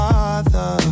Father